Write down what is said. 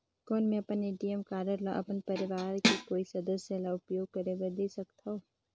कौन मैं अपन ए.टी.एम कारड ल अपन परवार के कोई सदस्य ल उपयोग करे बर दे सकथव?